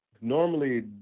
normally